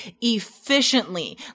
efficiently